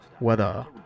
weather